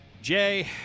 Jay